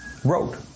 wrote